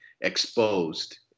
exposed